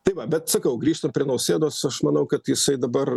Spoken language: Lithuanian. tai va bet sakau grįžtant prie nausėdos aš manau kad jisai dabar